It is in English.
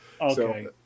Okay